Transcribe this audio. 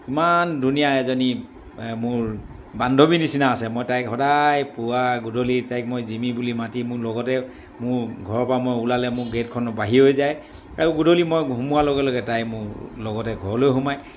ইমান ধুনীয়া এজনী মোৰ বান্ধৱীৰ নিচিনা আছে মই তাইক সদায় পুৱা গধূলি তাইক মই জিমি বুলি মাতি মোৰ লগতে মোৰ ঘৰৰ পৰা মই ওলালে মোৰ গেটখনৰ বাহিৰ হৈ যায় আৰু গধূলি মই সোমোৱাৰ লগে লগে তাই মোৰ লগতে ঘৰলৈ সোমায়